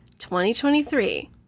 2023